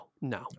no